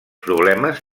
problemes